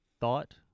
thought